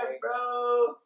bro